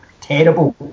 terrible